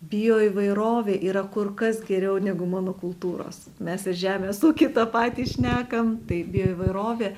bioįvairovė yra kur kas geriau negu monokultūros mes ir žemės ūky tą patį šnekam tai bioįvairovė